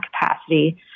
capacity